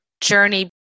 journey